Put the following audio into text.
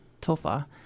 Tofa